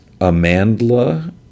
Amandla